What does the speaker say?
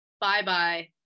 bye-bye